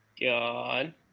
God